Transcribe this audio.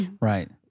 Right